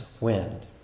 wind